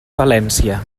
valència